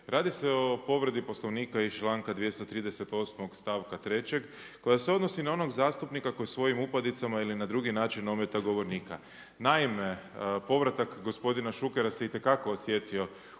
Radi se o povredi Poslovnika iz članka 238. stavka 3. koja se odnosi na onog zastupnika koji svojim upadicama ili na drugi način ometa govornika. Naime, povratak gospodina Šukera se itekako osjetio